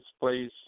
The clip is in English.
please